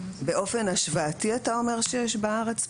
באופן השוואתי אתה אומר שיש בארץ פחות?